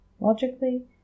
Logically